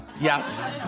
Yes